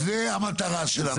זה המטרה שלנו.